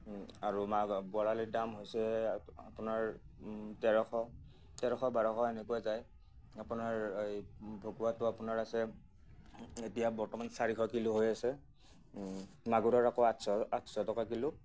আৰু মাগ বৰালিৰ দাম হৈছে আপোনাৰ তেৰশ তেৰশ বাৰশ এনেকুৱা যায় আপোনাৰ এই ভকুৱাটো আপোনাৰ আছে এতিয়া বৰ্তমান চাৰিশ কিলো হৈ আছে মাগুৰৰ আকৌ আঠশ আঠশ টকাৰ কিলো